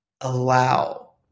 allow